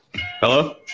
Hello